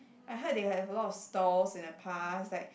I heard they have a lot of stalls in the past like